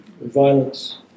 violence